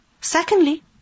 Secondly